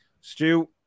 Stu